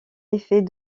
effet